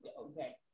Okay